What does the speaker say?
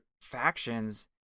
factions